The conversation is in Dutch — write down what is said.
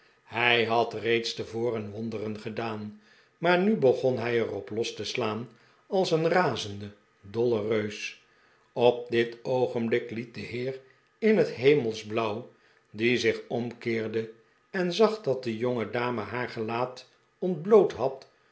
hij had reeds tevoren wonderen gedaan maar nu begon hij er op los te slaan als een razende dolle reus op dit oogenblik liet de heer in het hemelsblauw die zich omkeerde en zag dat de jongedame haar gelaat ontbloot had